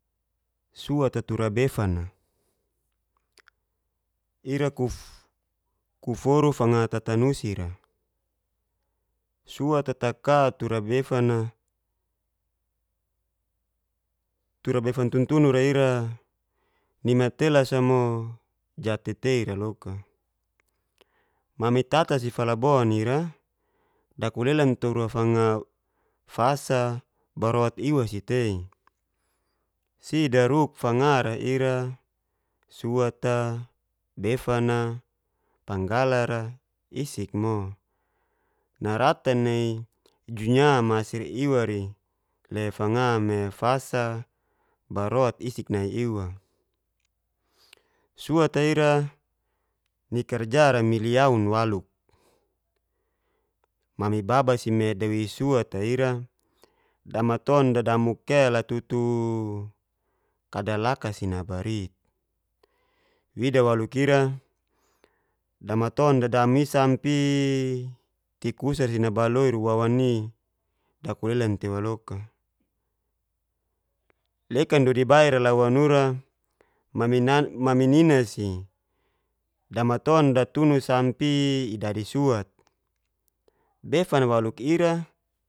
Suat'ta tura befan'a ira kuforu fanga tata nusi'ra, suat'ta taka tura befana tura befan tuntunura ira nimatelas'a mo jat'teteira lok. Mami tta si falabon ira dakulelan tura fanga farot iwa si tei si daruk fangare ira suat'ta, befan'a. panggala'ra isik mo naratan nai junya masir iwari le fanga me fasa barot isik nai iwa, suat'a ira ni karjara milian maluk mami baba si dawei suat'ta ira damaton dadamu kela tutuuu kadal laka si nabrit wida waluk ira damaton dadamu'is sampe tikusar si nabiloir wawani dakulelan tei waloka, lekan dodi baira lau wanura mami nina si damaton datunu sampiiii idadi suat. befan'a waluk ira.